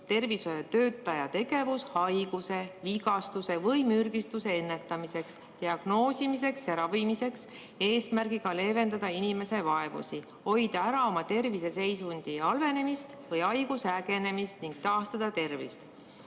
tervishoiutöötaja tegevus haiguse, vigastuse või mürgistuse ennetamiseks, diagnoosimiseks ja ravimiseks eesmärgiga leevendada inimese vaevusi, hoida ära tema terviseseisundi halvenemist või haiguse ägenemist ning taastada tervist.